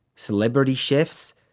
celebrity chefs,